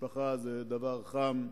משפחה היא דבר חם.